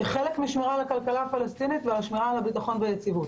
כחלק משמירה על הכלכלה הפלסטינית והשמירה על הביטחון והיציבות.